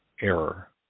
error